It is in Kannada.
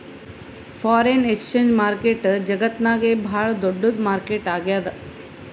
ಫಾರೆನ್ ಎಕ್ಸ್ಚೇಂಜ್ ಮಾರ್ಕೆಟ್ ಜಗತ್ತ್ನಾಗೆ ಭಾಳ್ ದೊಡ್ಡದ್ ಮಾರುಕಟ್ಟೆ ಆಗ್ಯಾದ